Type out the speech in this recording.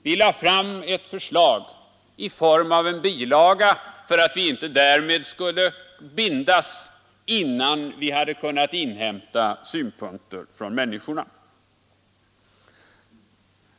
Vi lade fram ett förslag i form av en bilaga för att inte därmed bindas innan vi hade kunnat inhämta synpunkter från människorna.